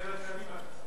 ממשלת קדימה.